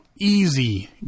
easy